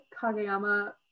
Kageyama